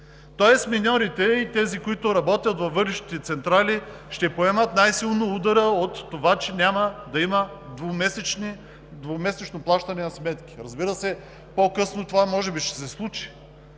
Тоест миньорите и тези, които работят във въглищните централи, ще поемат най-силно удара от това, че няма да има двумесечно плащане на сметки. Разбира се, по-късно това може би ще се случи,